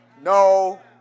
No